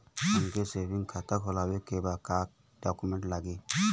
हमके सेविंग खाता खोलवावे के बा का डॉक्यूमेंट लागी?